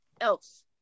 else